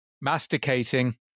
Masticating